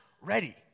ready